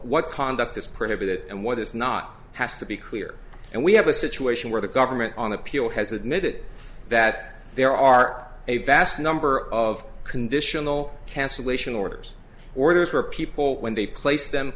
what conduct is prohibited and what is not has to be clear and we have a situation where the government on appeal has admitted that there are a vast number of conditional cancellation orders orders for people when they place the